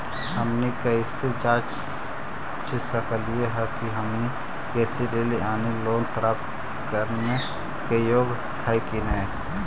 हमनी कैसे जांच सकली हे कि हमनी कृषि ऋण यानी लोन प्राप्त करने के योग्य हई कि नहीं?